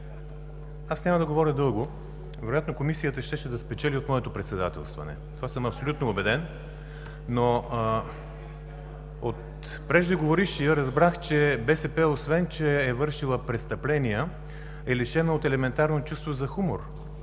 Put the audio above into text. Няма да говоря дълго. Вероятно Комисията щеше да спечели от моето председателстване. Абсолютно убеден съм в това, но от преждеговорившия разбрах, че БСП, освен че е вършила престъпления, е лишена от елементарно чувство за хумор.